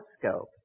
telescope